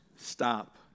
stop